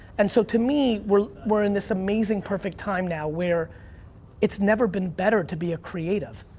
and so to me, we're we're in this amazing perfect time now where it's never been better to be a creative.